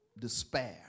despair